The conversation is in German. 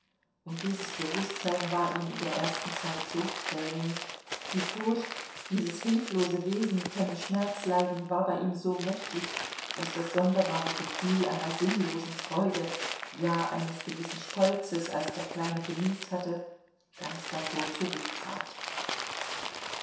und dieses bewußtsein war ihm in der ersten zeit so quälend die furcht dieses hilflose wesen könne schmerz leiden war bei ihm so mächtig daß das sonderbare gefühl einer sinnlosen freude ja eines gewissen stolzes als der kleine geniest hatte ganz davor